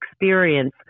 experience